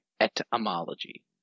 Etymology